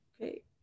Okay